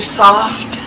soft